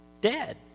Dead